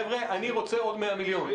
חבר'ה, אני רוצה עוד 100 מיליון.